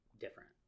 different